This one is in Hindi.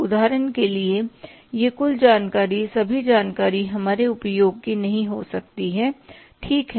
उदाहरण के लिए यह कुल जानकारी सभी जानकारी हमारे उपयोग की नहीं हो सकती है ठीक है